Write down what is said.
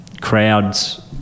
crowds